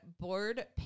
Board